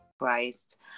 Christ